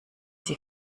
sie